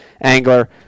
angler